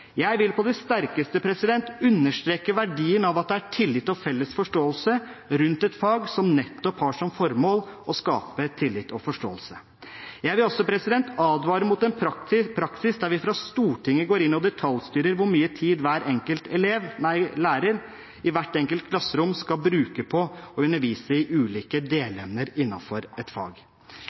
Jeg vil på det sterkeste understreke verdien av at det er tillit og felles forståelse rundt et fag som nettopp har som formål å skape tillit og forståelse. Jeg vil også advare mot en praksis der vi fra Stortingets side går inn og detaljstyrer hvor mye tid hver enkelt lærer i hvert enkelt klasserom skal bruke på å undervise i ulike delemner innenfor et fag.